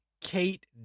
kate